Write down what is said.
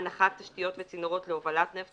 הנחת תשתיות וצינורות להובלת נפט,